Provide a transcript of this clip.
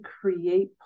create